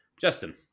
Justin